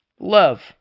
Love